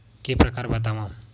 के प्रकार बतावव?